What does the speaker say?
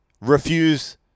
refuse